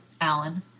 Alan